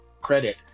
credit